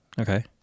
okay